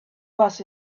was